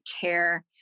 care